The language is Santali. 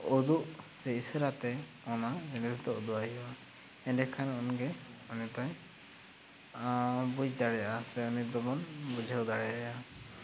ᱩᱫᱩᱜ ᱥᱮ ᱤᱥᱟᱹᱨᱟ ᱛᱮ ᱚᱱᱟ ᱮᱢᱮᱡᱽ ᱫᱚ ᱩᱫᱩᱜᱟᱭ ᱦᱩᱭᱩᱜᱼᱟ ᱮᱱᱰᱮᱸᱠᱷᱟᱱ ᱜᱮ ᱩᱱᱤ ᱫᱚᱭ ᱵᱩᱡᱽ ᱫᱟᱲᱮᱭᱟᱜᱼᱟ ᱥᱮ ᱩᱱᱤ ᱫᱚ ᱵᱚᱱ ᱵᱩᱡᱷᱟᱹᱣ ᱫᱟᱲᱮᱭᱟᱭᱟ